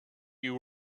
you